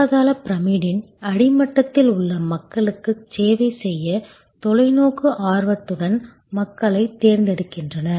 பொருளாதாரப் பிரமிட்டின் அடிமட்டத்தில் உள்ள மக்களுக்குச் சேவை செய்ய தொலைநோக்கு ஆர்வத்துடன் மக்களைத் தேர்ந்தெடுக்கின்றனர்